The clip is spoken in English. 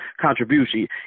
contribution